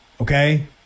okay